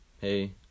hey